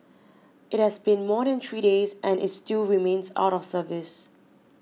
it has been more than three days and is still remains out of service